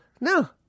No